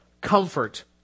comfort